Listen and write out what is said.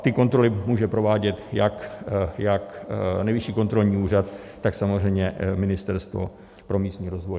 Ty kontroly může provádět jak Nejvyšší kontrolní úřad, tak samozřejmě Ministerstvo pro místní rozvoj.